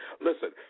Listen